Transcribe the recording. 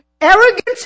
arrogant